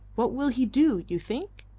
what will he do, you think?